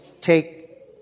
take